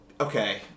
okay